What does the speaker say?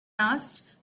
asked